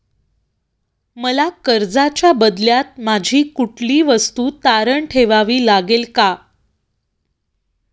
मला कर्जाच्या बदल्यात माझी कुठली वस्तू तारण ठेवावी लागेल का?